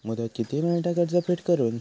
मुदत किती मेळता कर्ज फेड करून?